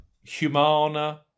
Humana